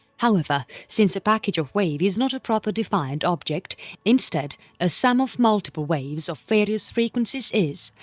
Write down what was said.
however since a package of wave is not a proper defined object instead a sum of multiple waves of various frequencies is,